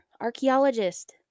archaeologist